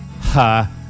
Ha